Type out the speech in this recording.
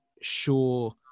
sure